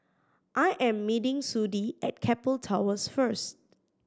I am meeting Sudie at Keppel Towers first